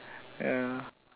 ya